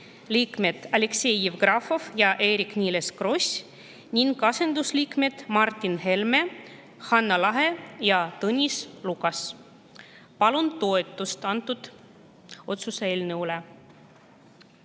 liikmed Aleksei Jevgrafov ja Eerik-Niiles Kross ning asendusliikmed Martin Helme, Hanah Lahe ja Tõnis Lukas. Palun toetust sellele otsuse eelnõule!